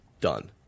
done